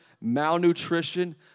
malnutrition